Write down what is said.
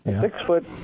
Six-foot